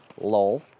Lol